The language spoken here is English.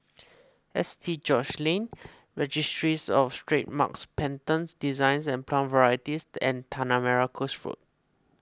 S T George's Lane Registries of Trademarks Patents Designs and Plant Varieties and Tanah Merah Coast Road